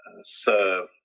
serve